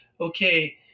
okay